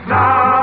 Now